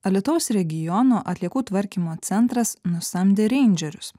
alytaus regiono atliekų tvarkymo centras nusamdė reindžerius